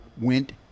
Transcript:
went